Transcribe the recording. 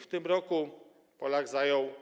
W tym roku Polak zajął